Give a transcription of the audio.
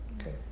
Okay